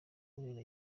urera